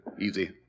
Easy